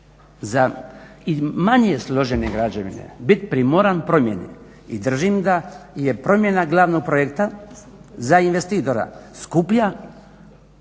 za i manje složene građevine biti primoran promjeni. I držim da je promjena glavnog projekta za investitora skuplja